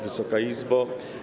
Wysoka Izbo!